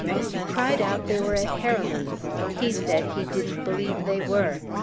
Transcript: she cried out they were at heroman's he said he didn't believe they were.